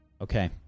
Okay